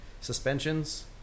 suspensions